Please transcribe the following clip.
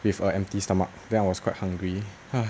with a empty stomach then I was quite hungry